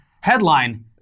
headline